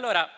montagna.